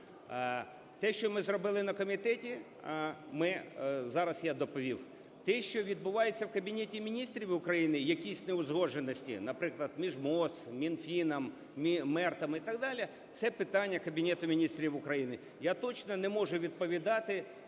Те, що ми зробили на комітеті, зараз я доповів. Те, що відбувається в Кабінеті Міністрів України, якісь неузгодженості, наприклад, між МОЗ, Мінфіном, МЕРТ і так далі, це питання Кабінету Міністрів України. Я точно не можу відповідати